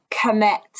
commit